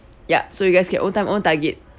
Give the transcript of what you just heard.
yup so you guys can own time own target